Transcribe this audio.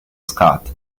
scott